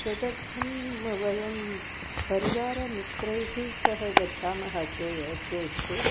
तदर्थं वयं परिवारमित्रैः सह गच्छामः से चेत्